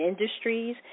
Industries